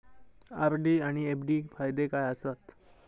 RD आनि FD फायदे काय आसात?